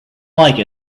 like